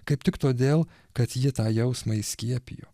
kaip tik todėl kad ji tą jausmą įskiepijo